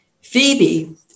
Phoebe